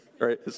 right